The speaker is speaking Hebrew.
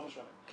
לא משנה,